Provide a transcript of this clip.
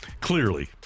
clearly